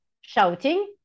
shouting